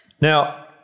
Now